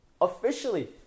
officially